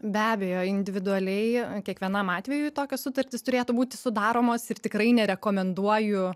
be abejo individualiai kiekvienam atvejui tokios sutartys turėtų būti sudaromos ir tikrai nerekomenduoju